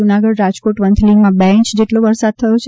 જૂનાગઢ રાજકોટ વંથલીમાં બે ઇંચ જેટલો વરસાદ થયો છે